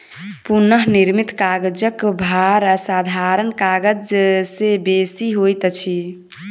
पुनःनिर्मित कागजक भार साधारण कागज से बेसी होइत अछि